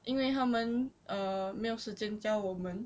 因为他们 err 没有时间教我们